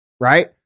right